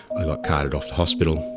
i got carted off to hospital,